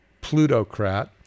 plutocrat